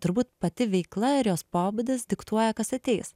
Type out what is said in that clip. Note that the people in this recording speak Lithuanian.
turbūt pati veikla ir jos pobūdis diktuoja kas ateis